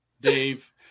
Dave